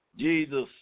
Jesus